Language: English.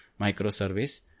microservice